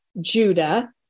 Judah